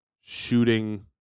shooting